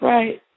Right